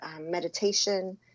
meditation